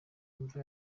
yumva